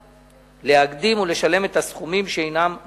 להקדים ולשלם את הסכומים שאינם במחלוקת.